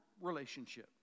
relationship